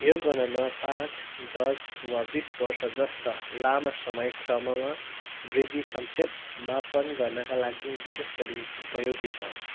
यो गणना पाँच दस वा बिस वर्ष जस्ता लामा समय क्रममा वृद्धि सङ्क्षेप मापन गर्नाका लागि विशेष गरी उपयोगी छ